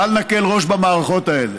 בל נקל ראש במערכות האלה,